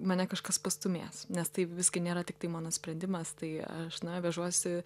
mane kažkas pastūmės nes tai visgi nėra tiktai mano sprendimas tai aš na vežuosi